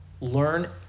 learn